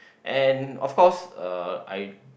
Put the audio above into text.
and of course uh I